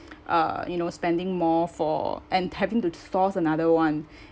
uh you know spending more for and having to source another one